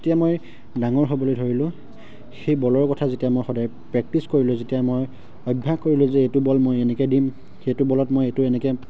যেতিয়া মই ডাঙৰ হ'বলৈ ধৰিলোঁ সেই বলৰ কথা যেতিয়া মই সদায় প্ৰেক্টিচ কৰিলোঁ যেতিয়া মই অভ্যাস কৰিলোঁ যে এইটো বল মই এনেকে দিম সেইটো বলত মই এইটো এনেকে